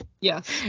yes